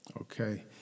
Okay